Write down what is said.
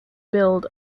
billed